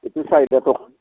ইটোৰ চাহিদাটো